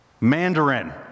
Mandarin